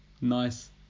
Nice